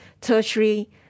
tertiary